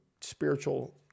spiritual